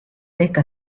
make